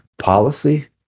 policy